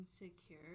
insecure